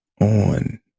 on